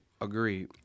Agreed